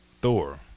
Thor